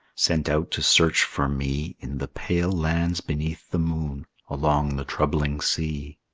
sent out to search for me in the pale lands beneath the moon along the troubling sea.